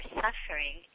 suffering